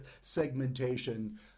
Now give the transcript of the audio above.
segmentation